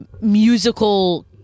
musical